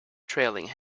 trailing